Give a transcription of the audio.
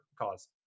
cause